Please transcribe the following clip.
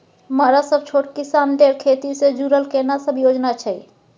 मरा सब छोट किसान लेल खेती से जुरल केना सब योजना अछि?